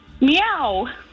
meow